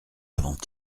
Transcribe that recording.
avant